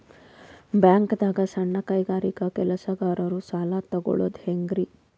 ಬ್ಯಾಂಕ್ದಾಗ ಸಣ್ಣ ಕೈಗಾರಿಕಾ ಕೆಲಸಗಾರರು ಸಾಲ ತಗೊಳದ್ ಹೇಂಗ್ರಿ?